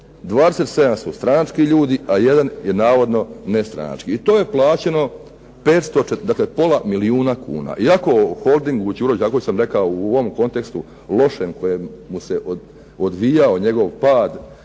27 su stranački ljudi, a 1 je navodno nestranački. I to je plaćeno 540, dakle pola milijuna kuna. Iako holding "Đuro Đaković" sam rekao u ovom kontekstu lošem koje mu se odvijao njegov pad